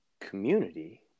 community